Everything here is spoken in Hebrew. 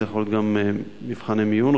זה יכול להיות גם מבחני מיון,